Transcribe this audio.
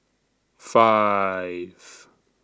five